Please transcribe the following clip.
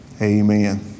Amen